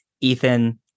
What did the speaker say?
Ethan